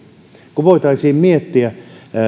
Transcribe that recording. kun voitaisiin miettiä